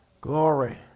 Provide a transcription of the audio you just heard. Glory